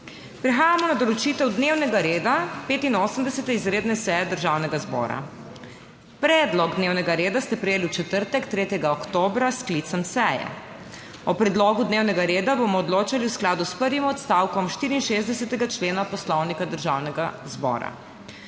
Prehajamo na **določitev dnevnega reda** 85. izredne seje Državnega zbora. Predlog dnevnega reda ste prejeli v četrtek 3. oktobra, s sklicem seje. O predlogu dnevnega reda bomo odločali v skladu s prvim odstavkom 64. člena Poslovnika Državnega zbora.